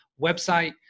website